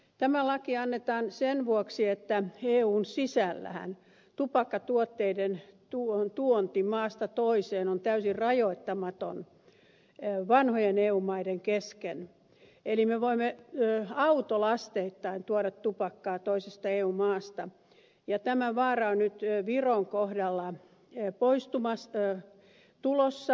tämä laki annetaan sen vuoksi että eun sisällähän tupakkatuotteiden tuonti maasta toiseen on täysin rajoittamatonta vanhojen eu maiden kesken eli me voimme autolasteittain tuoda tupakkaa toisesta eu maasta ja tämä vaara on nyt viron kohdalla tulossa